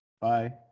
Bye